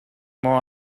more